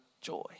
Joy